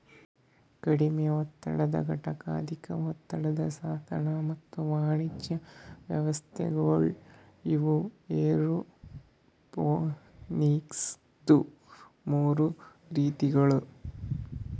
ಕಡಿಮೆ ಒತ್ತಡದ ಘಟಕ, ಅಧಿಕ ಒತ್ತಡದ ಸಾಧನ ಮತ್ತ ವಾಣಿಜ್ಯ ವ್ಯವಸ್ಥೆಗೊಳ್ ಇವು ಏರೋಪೋನಿಕ್ಸದು ಮೂರು ರೀತಿಗೊಳ್